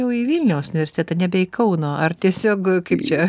jau į vilniaus universitetą nebe į kauno ar tiesiog kaip čia